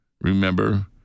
Remember